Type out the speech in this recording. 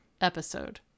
episode